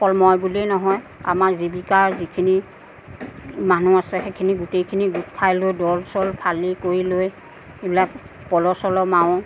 অকল মই বুলিয়ে নহয় আমাৰ জীৱিকাৰ যিখিনি মানুহ আছে সেইখিনি গোটেইখিনি গোট খাই লৈ দল চল ফালি কৰি লৈ যিবিলাক পলহ চলহ মাৰোঁ